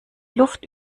luft